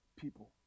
people